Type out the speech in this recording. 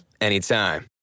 anytime